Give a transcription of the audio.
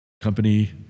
company